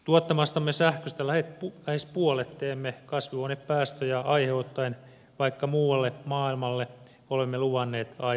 tuottamastamme sähköstä lähes puolet teemme kasvihuonepäästöjä aiheuttaen vaikka muulle maailmalle olemme luvanneet aivan muuta